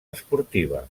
esportiva